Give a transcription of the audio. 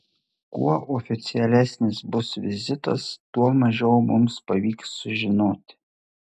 kuo oficialesnis bus vizitas tuo mažiau mums pavyks sužinoti